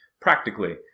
practically